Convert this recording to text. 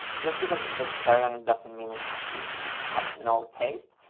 just because it's vegetarian it doesn't mean it has to has no taste.